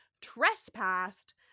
trespassed